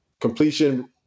completion